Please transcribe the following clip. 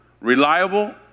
reliable